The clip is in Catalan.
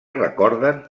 recorden